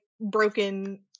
broken